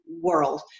world